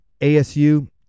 asu